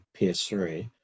PS3